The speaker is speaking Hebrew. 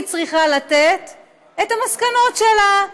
היא צריכה לתת את המסקנות שלה,